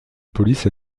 police